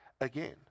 again